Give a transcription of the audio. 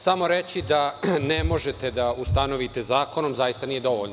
Samo reći da ne možete da ustanovite zakonom zaista nije dovoljno.